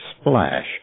splash